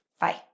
Bye